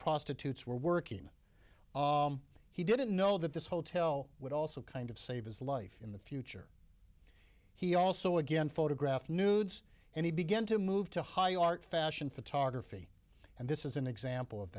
prostitutes were working he didn't know that this hotel would also kind of save his life in the future he also again photograph nudes and he began to move to high art fashion photography and this is an example of